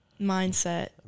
mindset